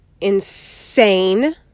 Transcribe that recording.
insane